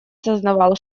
сознавал